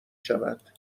شود